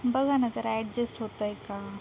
बघा नं जरा अॅडजेस्ट होतंय का